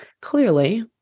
Clearly